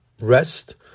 rest